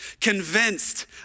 convinced